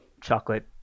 chocolate